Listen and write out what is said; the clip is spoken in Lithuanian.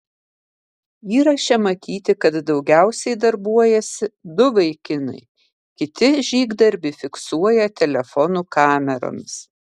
įraše matyti kad daugiausiai darbuojasi du vaikinai kiti žygdarbį fiksuoja telefonų kameromis